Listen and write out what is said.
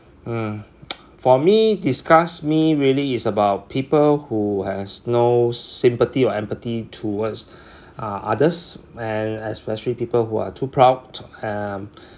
hmm for me disgust me really is about people who has no sympathy or empathy towards uh others and especially people who are too proud um